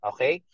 Okay